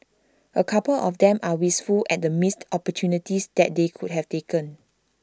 A couple of them are wistful at the missed opportunities that they could have taken